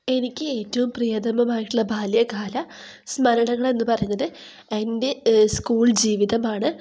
എനിക്ക് ഏറ്റവും പ്രിയതമമായിട്ടുള്ള ബാല്യകാല സ്മരണകൾ എന്നുപറയുന്നത് എൻ്റെ സ്കൂൾ ജീവിതമാണ്